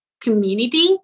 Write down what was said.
community